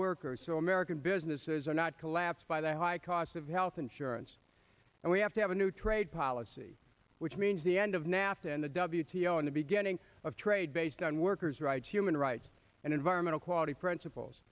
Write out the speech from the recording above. workers so american businesses are not collapse by the high cost of health insurance and we have to have a new trade policy which means the end of nafta and the w t o in the beginning of trade based on workers rights human rights and environmental quality principles